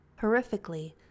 Horrifically